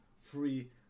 free